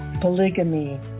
polygamy